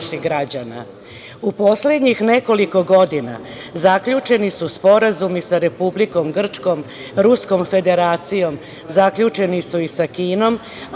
poslednjih nekoliko godina zaključeni su sporazumi sa Republiko Grčkom, Ruskom Federacijom. Zaključeni su i sa Kinom.